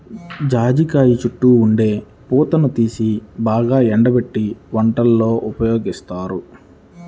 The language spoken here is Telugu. జాజికాయ చుట్టూ ఉండే పూతని తీసి బాగా ఎండబెట్టి వంటల్లో ఉపయోగిత్తారు